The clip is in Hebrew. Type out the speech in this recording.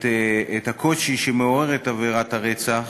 את הקושי שמעוררת עבירת הרצח.